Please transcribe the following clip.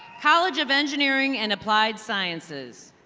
college of engineering and applies sciences.